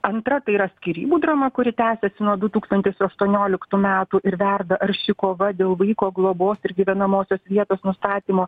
antra tai yra skyrybų drama kuri tęsiasi nuo du tūkstantis aštuonioliktų metų ir verda arši kova dėl vaiko globos ir gyvenamosios vietos nustatymo